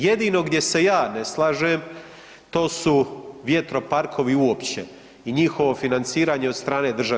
Jedino gdje se ja ne slažem to su vjetroparkovi uopće i njihovo financiranje od strane države.